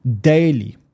daily